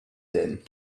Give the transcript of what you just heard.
din